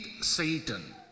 Satan